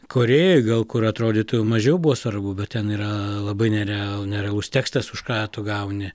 korėjoj gal kur atrodytų mažiau buvo svarbu bet ten yra labai nereal nerealus tekstas už ką tu gauni